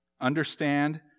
Understand